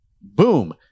boom